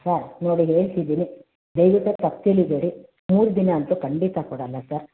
sir ನೋಡಿ ಹೇಳ್ತಿದೀನಿ ದಯವಿಟ್ಟು ತಪ್ಪು ತಿಳಿಬೇಡಿ ಮೂರು ದಿನ ಅಂತೂ ಖಂಡಿತ ಕೊಡೋಲ್ಲ ಸರ್